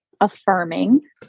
affirming